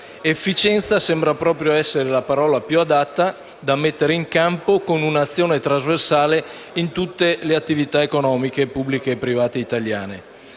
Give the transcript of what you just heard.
«Efficienza» sembra proprio essere la parola più adatta, da mettere in campo con un'azione trasversale in tutte le attività economiche, pubbliche e private, italiane.